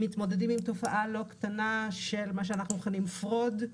מתמודדים עם תופעה לא קטנה של מה שאנחנו מכנים "פרוד",